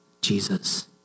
Jesus